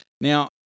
Now